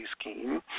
scheme